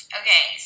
okay